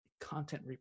content